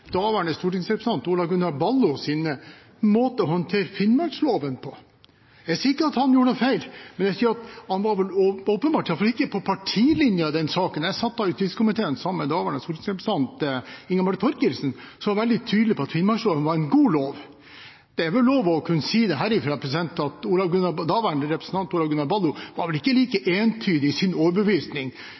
daværende stortingsrepresentant Olav Gunnar Ballos måte å håndtere finnmarksloven på. Jeg sier ikke at han gjorde noe feil, men jeg sier at han var vel åpenbart iallfall ikke på partilinjen i den saken. Jeg satt da i utenrikskomiteen sammen med daværende stortingsrepresentant Inga Marte Thorkildsen, som var veldig tydelig på at finnmarksloven var en god lov. Det er vel lov å kunne si det herfra at daværende representant Olav Gunnar Ballo var ikke like entydig i sin overbevisning.